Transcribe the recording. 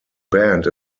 band